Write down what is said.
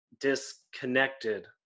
disconnected